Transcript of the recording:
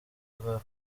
bwa